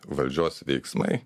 valdžios veiksmai